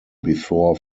before